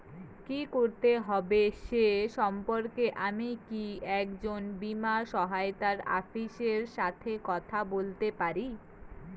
কী করতে হবে সে সম্পর্কে আমি কীভাবে একজন বীমা সহায়তা অফিসারের সাথে কথা বলতে পারি?